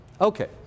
Okay